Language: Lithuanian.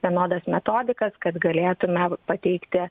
vienodas metodikas kad galėtumėm pateikti